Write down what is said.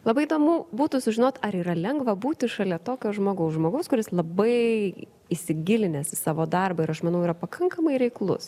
labai įdomu būtų sužinot ar yra lengva būti šalia tokio žmogaus žmogaus kuris labai įsigilinęs į savo darbą ir aš manau yra pakankamai reiklus